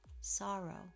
sorrow